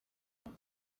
muri